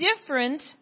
different